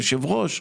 היושב ראש,